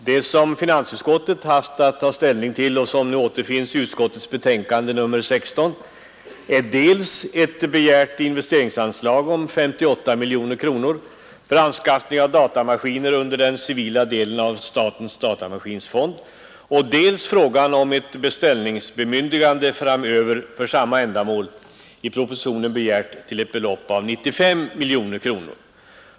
Det som finansutskottet haft att ta ställning till — och som återfinns i utskottets betänkande nr 16 — är dels ett begärt investeringsanslag om 58 miljoner kronor för anskaffning av datamaskiner under den civila delen av statens datamaskinfond, dels frågan om ett beställningsbemyndigande framöver för samma ändamål, i propositionen begärt till ett belopp av 95 miljoner kronor.